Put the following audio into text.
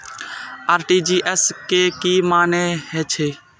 RTGS के की मानें हे छे?